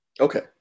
Okay